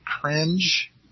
cringe